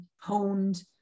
honed